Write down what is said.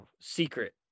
secret